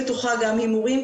בתוכה גם הימורים,